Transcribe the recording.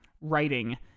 writing